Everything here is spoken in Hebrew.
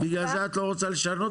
בגלל זה את לא רוצה לשנות אותם.